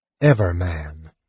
Everman